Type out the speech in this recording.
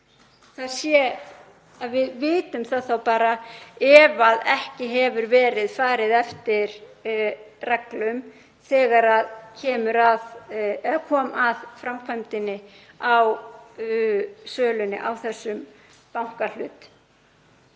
máli að við vitum það þá bara ef ekki hefur verið farið eftir reglum þegar kom að framkvæmdinni á sölunni á þessum bankahlut.